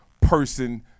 person